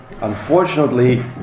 Unfortunately